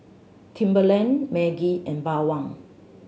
Timberland Maggi and Bawang